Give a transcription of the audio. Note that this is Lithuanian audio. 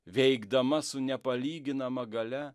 veikdama su nepalyginama galia